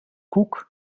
koek